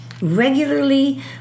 Regularly